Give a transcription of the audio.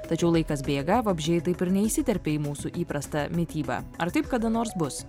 tačiau laikas bėga vabzdžiai taip ir neįsiterpia į mūsų įprastą mitybą ar taip kada nors bus